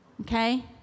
Okay